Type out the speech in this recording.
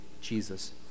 Jesus